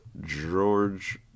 George